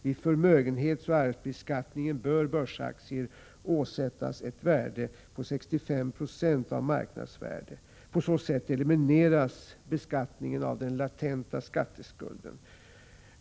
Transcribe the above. Vid förmögenhetsoch arvsbeskattningen bör börsaktier åsättas ett värde på 65 90 av marknadsvärdet. På så sätt elimineras beskattning av den latenta skatteskulden.